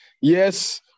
yes